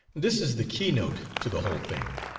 this is the keynote to the whole thing.